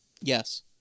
Yes